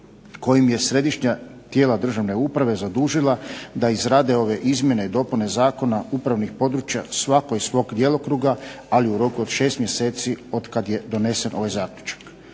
kojim je tijela državne uprave zadužila da izrade ove izmjene i dopune Zakona upravnih područja svako iz svog djelokruga ali u roku od šest mjeseci od kada je donesen ovaj zaključak.